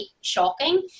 shocking